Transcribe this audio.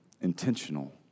intentional